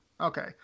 Okay